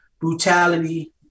brutality